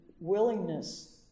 willingness